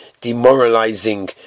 demoralizing